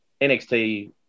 NXT